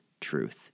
truth